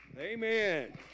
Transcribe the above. Amen